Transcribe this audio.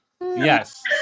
Yes